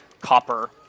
copper